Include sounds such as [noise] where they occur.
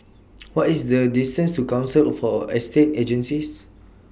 [noise] What IS The distance to Council For Estate Agencies